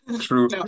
True